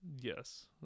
Yes